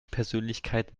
persönlichkeit